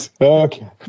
okay